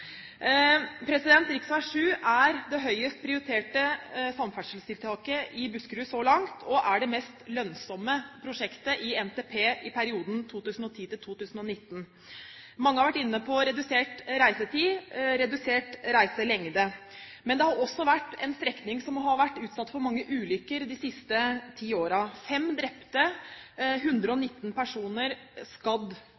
er det høyest prioriterte samferdselstiltaket i Buskerud så langt, og er det mest lønnsomme prosjektet i NTP i perioden 2010–2019. Mange har vært inne på redusert reisetid og redusert reiselengde, men det har også vært en strekning med mange ulykker de siste ti årene – fem drepte, 119 personer skadd. Det er alvorlige tall, og